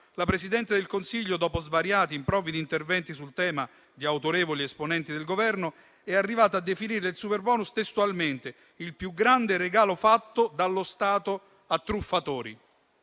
la Presidente del Consiglio, dopo svariati improvvidi interventi sul tema di autorevoli esponenti del Governo, è arrivata a definire il superbonus, testualmente, «il più grande regalo fatto dallo Stato a truffatori».